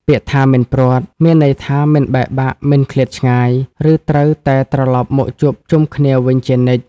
ពាក្យថា «មិនព្រាត់» មានន័យថា មិនបែកបាក់ មិនឃ្លាតឆ្ងាយ ឬត្រូវតែត្រលប់មកជួបជុំគ្នាវិញជានិច្ច។